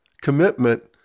commitment